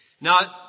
Now